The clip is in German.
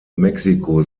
mexiko